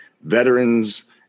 veterans